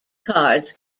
cards